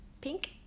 Pink